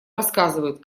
рассказывают